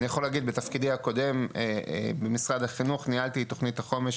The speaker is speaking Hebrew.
אני יכול להגיד בתפקידי הקודם במשרד החינוך ניהלתי את תכנית החומש